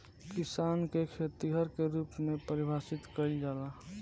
किसान के खेतिहर के रूप में परिभासित कईला जाला